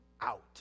out